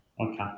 Okay